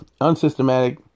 unsystematic